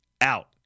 Out